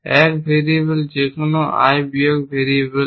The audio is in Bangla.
1 ভেরিয়েবল যেকোন I বিয়োগ ভেরিয়েবল